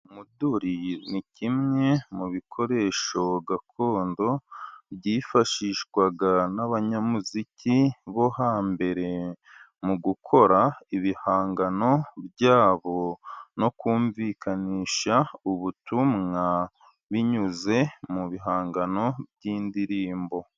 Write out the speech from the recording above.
Umuduri ni kimwe mu bikoresho gakondo, byifashishwaga n'abanyamuziki bo hambere, mu gukora ibihangano byabo no kumvikanisha ubutumwa, binyuze mu bihangano by'indirimbo.